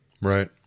Right